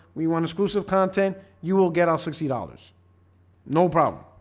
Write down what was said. we want exclusive content you will get our sixty dollars no problem.